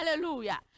Hallelujah